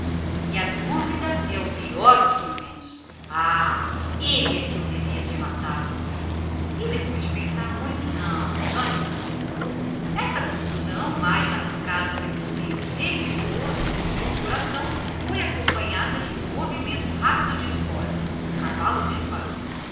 existiria a dúvida continuava na mesma ele só ele é que eu devia ter matado e depois de refletir um instante não antes assim assim foi melhor esta conclusão arrancada só pelo seu espírito religioso foi seguida de um movimento rápido de esporas o cavalo disparou